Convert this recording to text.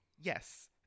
Yes